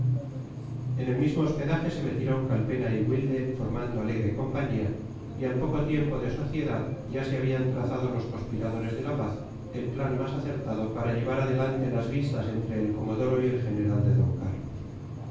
en el mismo hospedaje se metieron calpena y wilde formando alegre compañía y al poco tiempo de sociedad ya se habían trazado los conspiradores de la paz el plan más acertado para llevar adelante las vistas entre el comodoro y el general de d carlos